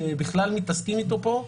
שבכלל מתעסקים אתו פה,